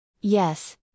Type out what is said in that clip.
Yes